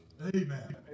Amen